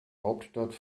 hauptstadt